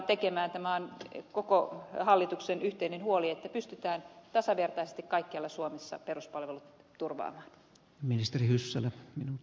tämä on koko hallituksen yhteinen huoli että pystytään tasavertaisesti kaikkialla suomessa peruspalvelut turvaamaan